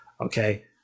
Okay